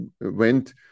went